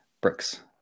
bricks